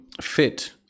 fit